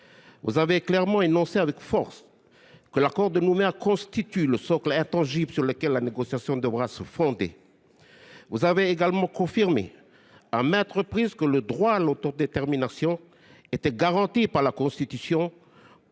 Vous avez énoncé clairement et avec force que l’accord de Nouméa constituait le socle intangible sur lequel la négociation devrait se fonder. Vous avez également confirmé à maintes reprises que le droit à l’autodétermination du peuple colonisé,